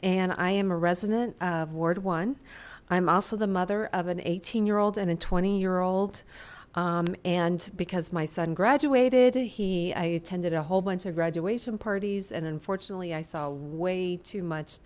and i am a resident of ward one i'm also the mother of an eighteen year old and a twenty year old and because my son graduated he i attended a whole bunch of graduation parties and unfortunately i saw way too much